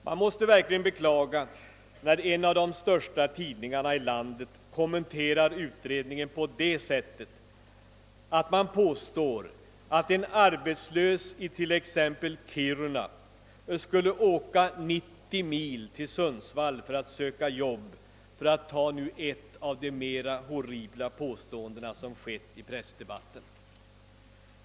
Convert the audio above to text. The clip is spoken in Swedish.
Man måste verkligen beklaga att en av de största tidningarna i landet kommenterar utredningen med att påstå att t.ex. en arbetslös i Kiruna skulle få åka 90 mil till Sundsvall för att söka arbete, för att nu ta ett av de mera horribla påståenden som gjorts i pressdebatten.